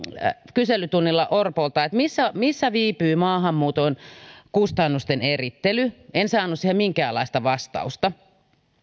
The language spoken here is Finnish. kyselytunnilla orpolta missä missä viipyy maahanmuuton kustannusten erittely en saanut siihen minkäänlaista vastausta